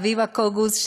לאביבה קוגוס,